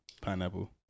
Pineapple